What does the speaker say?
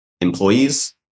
employees